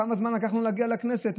כמה זמן לקח לנו להגיע לכנסת?